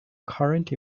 current